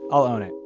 i'll own it